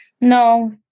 No